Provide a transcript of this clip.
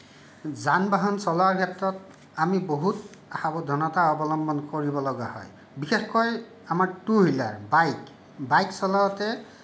যান বাহন চলাৰ ক্ষেত্ৰত আমি বহুত সাৱধানতা অৱলম্বন কৰিব লগা হয় বিশেষকৈ আমাৰ টু হুইলাৰ বাইক বাইক চলাওঁতে